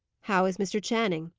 how is mr. channing?